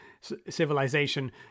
civilization